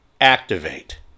activate